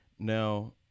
now